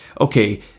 okay